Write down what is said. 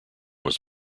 was